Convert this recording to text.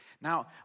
Now